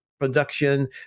Production